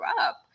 up